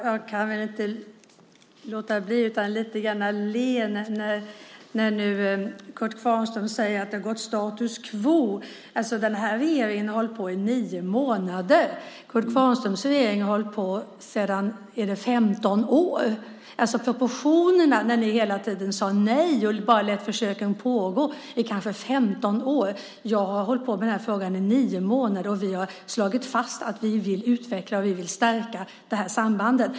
Fru talman! Jag kan inte låta bli att le lite när Kurt Kvarnström talar om att det råder status quo. Den här regeringen har hållit på i nio månader. Kurt Kvarnströms partis regering höll på i 15 år. Man måste se till proportionerna. Ni höll på och sade nej och lät försöken pågå i kanske 15 år. Jag har hållit på med den här frågan i nio månader. Vi har slagit fast att vi vill utveckla och stärka sambandet.